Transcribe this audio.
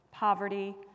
Poverty